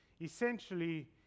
Essentially